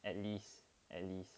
at least at least